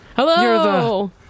Hello